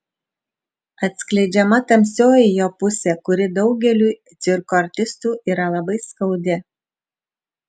atskleidžiama tamsioji jo pusė kuri daugeliui cirko artistų yra labai skaudi